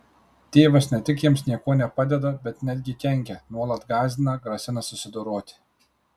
tėvas ne tik jiems niekuo nepadeda bet netgi kenkia nuolat gąsdina grasina susidoroti